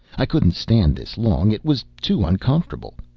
i couldn't stand this long it was too uncomfortable.